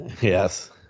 Yes